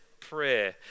prayer